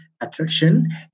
attraction